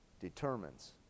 determines